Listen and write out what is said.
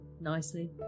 nicely